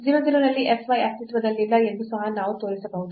0 0 ನಲ್ಲಿ f y ಅಸ್ತಿತ್ವದಲ್ಲಿಲ್ಲ ಎಂದು ಸಹ ನಾವು ತೋರಿಸಬಹುದು